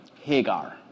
Hagar